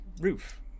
roof